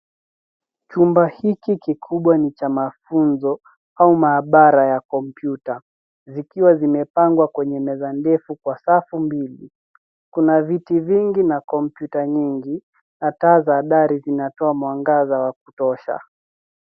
Chumba hiki kikubwa ni cha mafunzo au maabara ya kompyuta zikiwa zimepangwa kwenye meza ndefu kwa safu mbili. Kuna viti vingi na kompyuta nyingi na taa za dari zinatoa mwangaza wa kutosha.